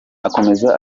akomeza